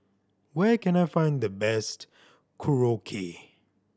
where can I find the best Korokke